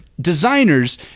Designers